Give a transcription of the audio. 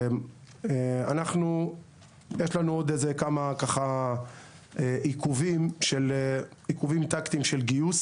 אנחנו יש לנו עוד כמה ככה עיכובים טקטיים של גיוס